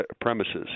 premises